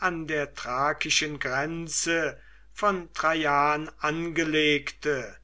an der thrakischen grenze von traian angelegte